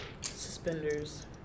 Suspenders